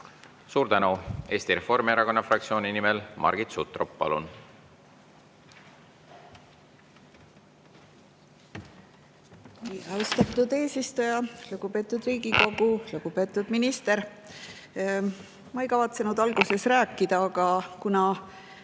Suur tänu! Eesti Reformierakonna fraktsiooni nimel Margit Sutrop, palun! Austatud eesistuja! Lugupeetud Riigikogu! Lugupeetud minister! Ma ei kavatsenud alguses rääkida, aga kuna